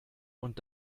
und